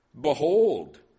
behold